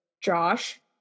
Josh